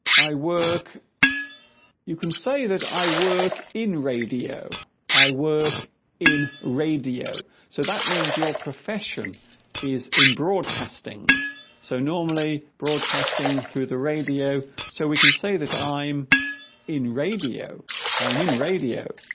i work you can say that i work in radio i work in radio so that means your profession is in broadcasting so normally broadcasting through the radio so we can say that i'm in radio i am in radio